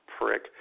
Prick